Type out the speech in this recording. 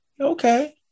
Okay